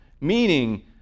Meaning